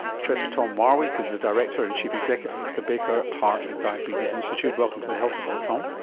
professor tom marwick is the director and chief executive of the baker heart and diabetes institute. welcome to the health report, tom.